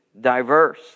diverse